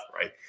right